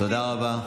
תודה רבה.